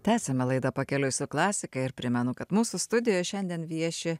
tęsiame laidą pakeliui su klasika ir primenu kad mūsų studijoj šiandien vieši